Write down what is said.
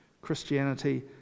Christianity